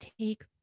take